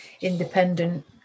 independent